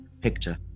picture